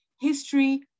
history